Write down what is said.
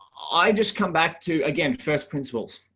i just come back to again, first principles,